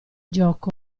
gioco